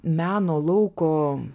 meno lauko